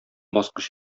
баскыч